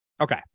Okay